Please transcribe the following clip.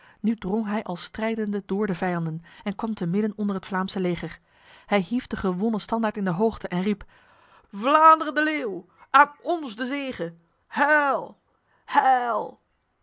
nu drong hij al strijdende door de vijanden en kwam te midden onder het vlaamse leger hij hief de gewonnen standaard in de hoogte en riep vlaanderen de leeuw aan ons de zege heil heil